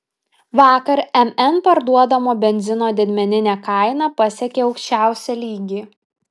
vakar mn parduodamo benzino didmeninė kaina pasiekė aukščiausią lygį